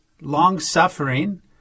long-suffering